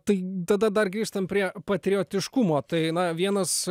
tai tada dar grįžtam prie patriotiškumo tai na vienas